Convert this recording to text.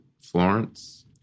Florence